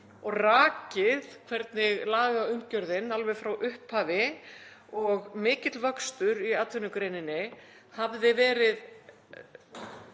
og rakið hvernig lagaumgjörðin alveg frá upphafi og mikill vöxtur í atvinnugreininni hafði farið